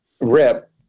Rip